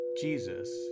Jesus